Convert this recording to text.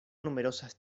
numerosas